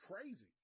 crazy